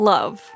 Love